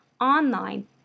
online